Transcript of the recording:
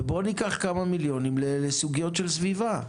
ובואו ניקח כמה מיליונים לסוגיות של סביבה.